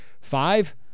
five